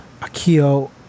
Akio